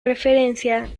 referencia